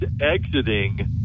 exiting